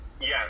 yes